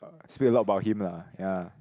speak a lot about him lah ya